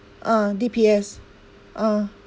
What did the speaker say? ah D_P_S ah